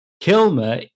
Kilmer